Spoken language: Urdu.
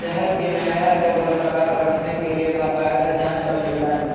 صحت کے معیار کو برقرار رکھنے کے لیے باقاعدہ جانچ اور نگرانی